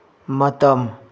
ꯃꯇꯝ